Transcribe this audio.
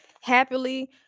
happily